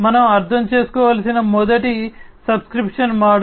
మనం అర్థం చేసుకోవలసిన మొదటిది సబ్స్క్రిప్షన్ మోడల్